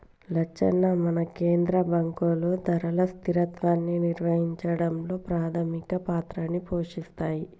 లచ్చన్న మన కేంద్ర బాంకులు ధరల స్థిరత్వాన్ని నిర్వహించడంలో పాధమిక పాత్రని పోషిస్తాయి